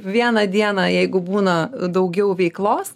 vieną dieną jeigu būna daugiau veiklos